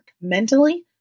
Mentally